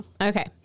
Okay